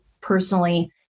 personally